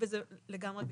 זה לגמרי בטיפול.